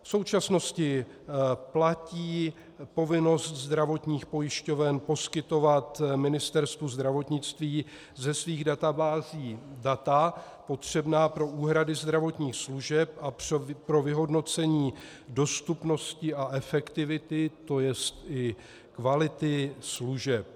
V současnosti platí povinnost zdravotních pojišťoven poskytovat Ministerstvu zdravotnictví ze svých databází data potřebná pro úhrady zdravotních služeb a pro vyhodnocení dostupnosti a efektivity, to je i kvality služeb.